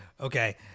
Okay